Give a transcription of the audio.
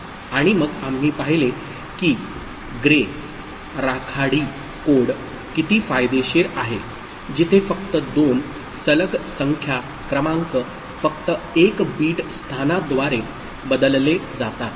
आणि मग आम्ही पाहिले की ग्रे राखाडी कोड किती फायदेशीर आहे जिथे फक्त दोन सलग संख्या क्रमांक फक्त 1 बिट स्थानाद्वारे बदलले जातात